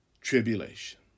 Tribulation